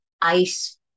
ice